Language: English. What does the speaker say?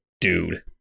dude